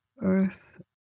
earth